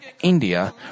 India